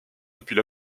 depuis